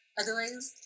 otherwise